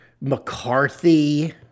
McCarthy